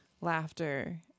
laughter